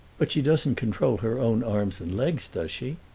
but she doesn't control her own arms and legs, does she?